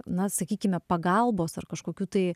na sakykime pagalbos ar kažkokių tai